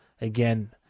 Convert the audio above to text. again